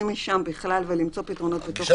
משם בכלל ולמצוא פתרונות בתוך המסגרת.